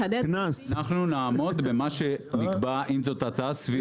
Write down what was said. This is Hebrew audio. אנחנו נעמוד במה שנקבע, אם זאת הצעה סבירה.